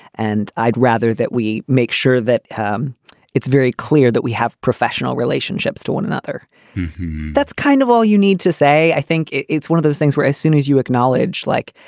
and i'd rather that we make sure that um it's very clear that we have professional relationships to one another that's kind of all you need to say. i think it's one of those things where as soon as you acknowledge like,